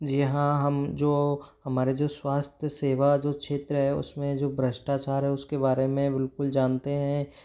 जी हाँ हम जो हमारे जो स्वास्थ्य सेवा जो क्षेत्र है उस में जो भ्रष्टाचार है उस के बारे में बिल्कुल जानते हैं